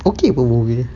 okay apa movie dia